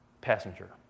passenger